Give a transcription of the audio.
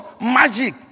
magic